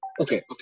okay